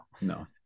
No